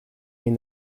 mean